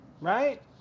right